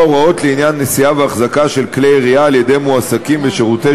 הוראות לעניין נשיאה והחזקה של כלי ירייה על-ידי מועסקים בשירותי